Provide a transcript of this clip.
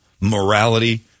morality